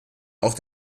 auch